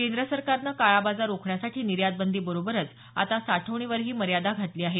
केंद्र सरकारनं काळाबाजार रोखण्यासाठी निर्यातबंदी बरोबरच आता साठवणीवरही मर्यादा घातली आहे